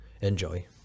Enjoy